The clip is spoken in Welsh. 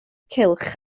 cylch